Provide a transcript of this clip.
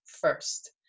first